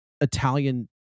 Italian